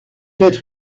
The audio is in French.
être